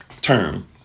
term